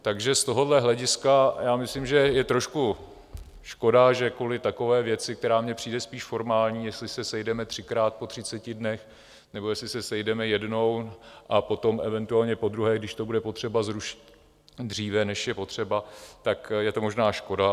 Takže z tohoto hlediska myslím, že je trošku škoda, že kvůli takové věci, která mi přijde spíš formální, jestli se sejdeme třikrát po 30 dnech, nebo jestli se sejdeme jednou a potom eventuálně podruhé, když to bude potřeba zrušit dříve, než je potřeba, tak je to možná škoda.